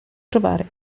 trovare